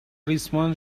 ریسمان